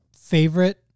Favorite